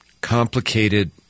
complicated